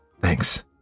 Thanks